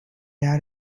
out